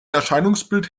erscheinungsbild